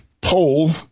poll